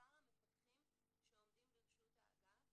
שמספר המפקחים שעומדים לרשות האגף